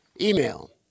Email